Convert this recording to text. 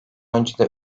önce